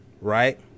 Right